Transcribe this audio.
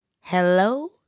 Hello